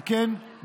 אם כן,